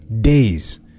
days